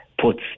puts